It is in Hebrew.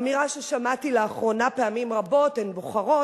אמירה ששמעתי לאחרונה פעמים רבות: "הן בוחרות,